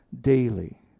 daily